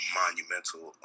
monumental